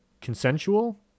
consensual